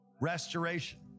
restoration